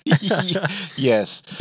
Yes